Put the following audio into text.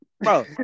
bro